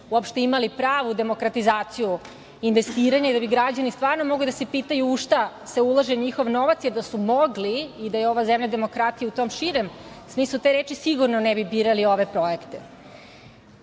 uopšte imali pravu demokratizaciju investiranja i da bi građani stvarno mogli da se pitaju u šta se ulaže njihov novac, jer da su mogli i da je ova zemlja demokratija u tom širem smislu te reči, sigurno ne bi birali ove projekte. Oni